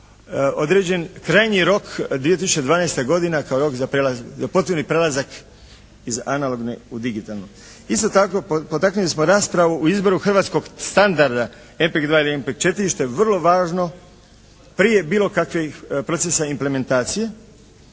određen krajnji rok 2012. godina kao rok za potrebni prelazak iz analogne u digitalnu. Isto tako, potaknuli smo raspravu u izboru hrvatskog standarda …/Govornik se ne razumije./… što je vrlo važno prije bilo kakvih procesa implementacije.